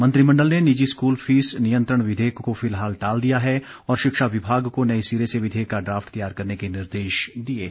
मंत्रिमंडल ने निजी स्कूल फीस नियंत्रण विधेयक को फिलहाल टाल दिया है और शिक्षा विभाग को नए सिरे से विधेयक का ड्राफ्ट तैयार करने के निर्देश दिए हैं